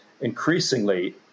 Increasingly